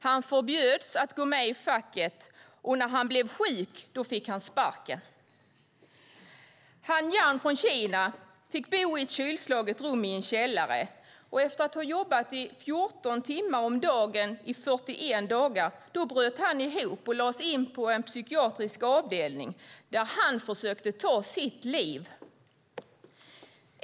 Han förbjöds att gå med i facket, och när han blev sjuk fick han sparken. Hong Yan från Kina fick bo i ett kylslaget rum i en källare. Efter att ha jobbat i 14 timmar om dagen i 41 dagar bröt han ihop och lades in på en psykiatrisk avdelning där han försökte ta sitt liv.